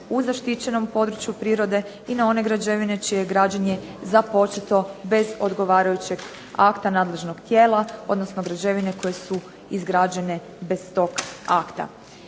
u zaštićenom području prirode i na one građevine čije je građenje započeto bez odgovarajućeg akta nadležnog tijela, odnosno građevine koje su izgrađene bez tog akta.